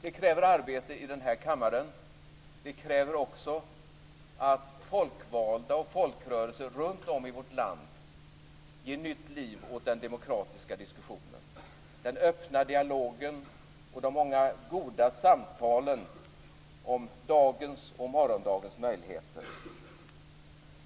Det kräver arbete i den här kammaren, men det kräver också att folkvalda och folkrörelser runt om i vårt land ger nytt liv åt den demokratiska diskussionen, den öppna dialogen och de många goda samtalen om dagens och morgondagens möjligheter.